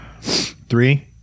Three